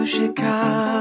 Chicago